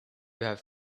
have